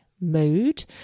mood